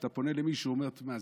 כשאתה פונה למישהו הוא אומר: תשמע,